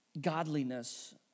godliness